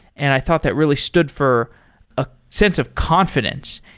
and i thought that really stood for a sense of confidence,